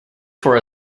for